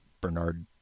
Bernard